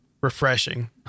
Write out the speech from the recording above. refreshing